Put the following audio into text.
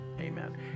amen